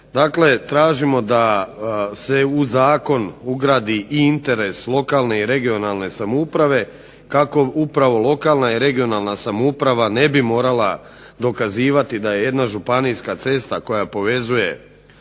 tražimo da se u Zakon ugradi i interes lokalne i regionalne samouprave, kako upravo lokalna i regionalna samouprava ne bi morala dokazivati da je jedna županijska cesta koja povezuje